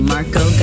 Marco